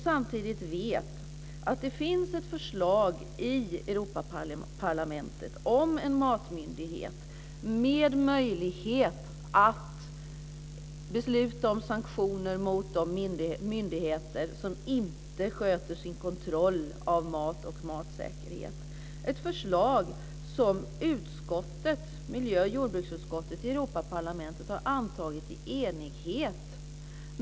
Samtidigt vet jag att det finns ett förslag i Europaparlamentet om en matmyndighet med en möjlighet att besluta om sanktioner mot de myndigheter som inte sköter sin kontroll av mat och matsäkerhet. Det är ett förslag som miljö och jordbruksutskottet i Europaparlamentet har antagit i enighet.